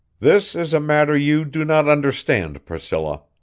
this is a matter you do not understand, priscilla.